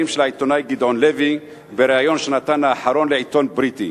של העיתונאי גדעון לוי בריאיון שנתן האחרון לעיתון בריטי,